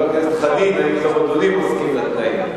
חבר הכנסת חנין, האם גם אדוני מסכים לתנאים?